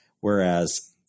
whereas